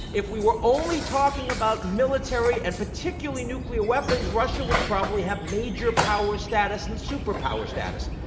if we were only talking about military, and particularly nuclear weapons, russia would probably have major power status and superpower status.